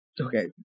Okay